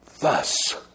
Thus